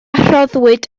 rhoddwyd